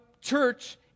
church